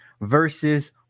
versus